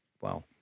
Wow